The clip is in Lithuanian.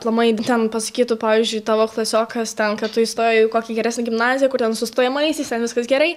aplamai ten pasakytų pavyzdžiui tavo klasiokas ten kad tu įstojai į kokią geresnę gimnaziją kur ten su stojamaisiais ten viskas gerai